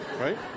Right